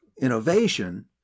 innovation